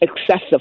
excessive